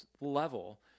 level